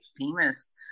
famous